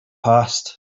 passed